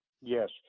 Yes